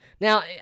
Now